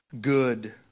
good